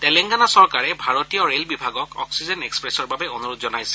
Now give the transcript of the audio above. তেলেংগানা চৰকাৰে ভাৰতীয় ৰেলৱেত অক্সিজেন এক্সপ্ৰেছৰ বাবে অনুৰোধ জনাইছে